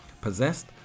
Possessed